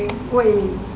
what you mean